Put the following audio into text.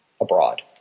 abroad